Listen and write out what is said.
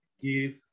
give